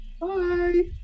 Bye